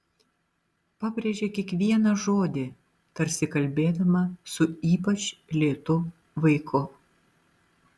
pabrėžė kiekvieną žodį tarsi kalbėdama su ypač lėtu vaiku